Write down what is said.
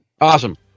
Awesome